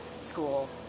school